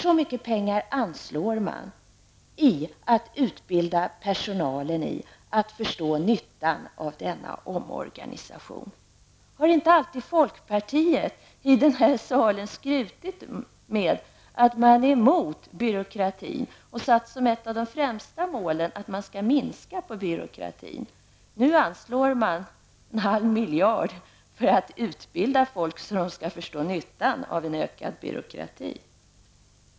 Så mycket pengar anslår man nämligen för att utbilda personalen i att förstå nyttan av denna omorganisation. Har inte alltid folkpartisterna i den här salen skrutit med att de är emot byråkratin och har de inte satt som ett av de främsta målen att minska byråkratin? Nu anslår man en halv miljard för att utbilda folk, så att de skall förstå nyttan av ökad byråkrati.